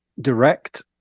direct